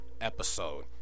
episode